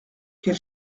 quel